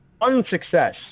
Unsuccess